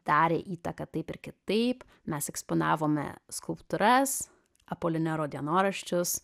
darė įtaką taip ir kitaip mes eksponavome skulptūras apolinero dienoraščius